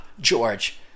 George